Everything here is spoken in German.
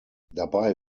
dabei